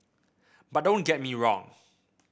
but don't get me wrong